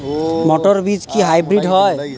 মটর বীজ কি হাইব্রিড হয়?